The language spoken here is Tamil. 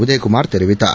உதயகுமார் தெரிவித்தார்